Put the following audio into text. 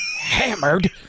hammered